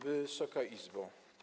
Wysoka Izbo!